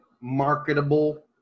marketable